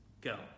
go